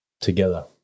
together